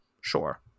Sure